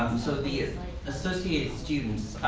so the ah associated students